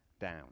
down